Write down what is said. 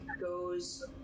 goes